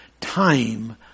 time